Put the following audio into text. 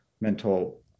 mental